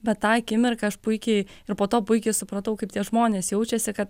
bet tą akimirką aš puikiai ir po to puikiai supratau kaip tie žmonės jaučiasi kad